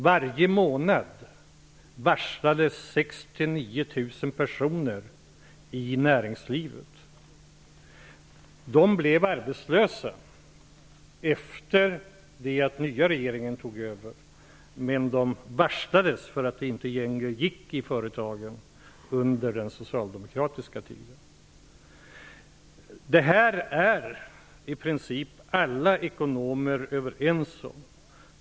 Varje månad varslades 6 000--9 000 personer i näringslivet. De blev arbetslösa efter det att den nya regeringen tog över. Men de varslades för att företagen inte längre gick under den socialdemokratiska tiden. Detta är i princip alla ekonomer överens om.